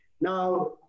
Now